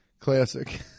Classic